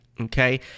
okay